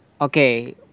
Okay